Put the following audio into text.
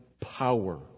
power